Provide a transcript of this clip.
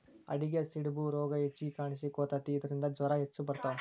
ಆಡಿಗೆ ಸಿಡುಬು ರೋಗಾ ಹೆಚಗಿ ಕಾಣಿಸಕೊತತಿ ಇದರಿಂದ ಜ್ವರಾ ಹೆಚ್ಚ ಬರತಾವ